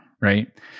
right